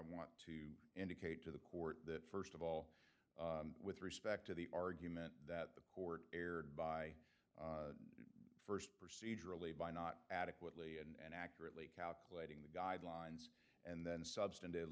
want to indicate to the court that st of all with respect to the argument that the court erred by first procedurally by not adequately and accurately calculating the guidelines and then substantive